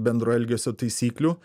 bendrų elgesio taisyklių